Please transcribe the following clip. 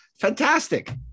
fantastic